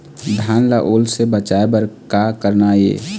धान ला ओल से बचाए बर का करना ये?